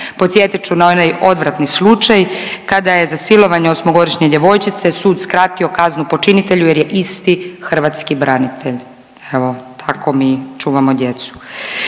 Posjetit ću na onaj odvratni slučaj kada je za silovanje osmogodišnje djevojčice sud skratio kaznu počinitelju jer je isti hrvatski branitelj. Evo tako mi čuvamo djecu.